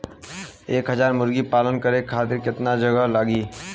एक हज़ार मुर्गी पालन करे खातिर केतना जगह लागी?